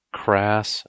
crass